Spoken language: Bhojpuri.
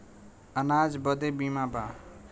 अनाज बदे बीमा बा